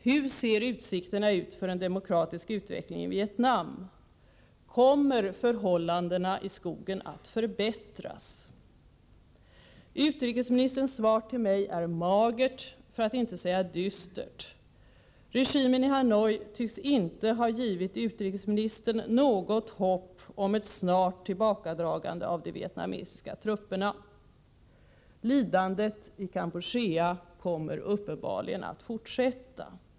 Hur ser utsikterna ut för en demokratisk utveckling i Vietnam? Kommer förhållandena i skogen att förbättras? Utrikesministerns svar till mig är magert, för att inte säga dystert. Regimen i Hanoi tycks inte ha givit utrikesministern något hopp om ett snart tillbakadragande av de vietnamesiska trupperna. Lidandet i Kampuchea kommer uppenbarligen att fortsätta.